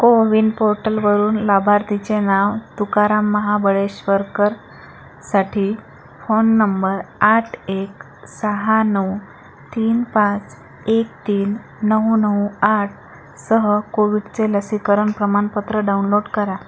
कोविन पोर्टलवरून लाभार्थीचे नाव तुकाराम महाबळेश्वरकर साठी फोन नंबर आठ एक सहा नऊ तीन पाच एक तीन नऊ नऊ आठसह कोविडचे लसीकरण प्रमाणपत्र डाऊनलोट करा